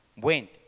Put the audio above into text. went